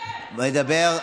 הוא מדבר,